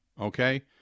Okay